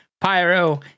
pyro